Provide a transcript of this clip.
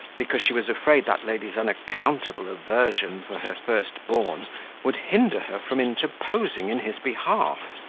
because she was afraid that lady's unaccountable aversion for her first-born would hinder her from interposing in his behalf,